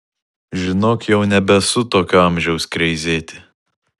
žinok jau nebesu tokio amžiaus kreizėti